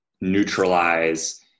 neutralize